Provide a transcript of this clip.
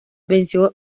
venció